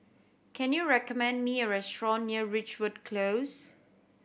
can you recommend me a restaurant near Ridgewood Close